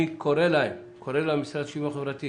אני קורא למשרד לשוויון חברתי